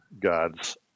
God's